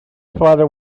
father